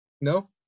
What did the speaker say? No